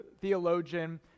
theologian